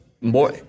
More